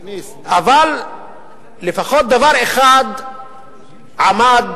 אבל לפחות דבר אחד עמד